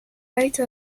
rate